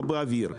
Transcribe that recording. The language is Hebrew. לא באוויר.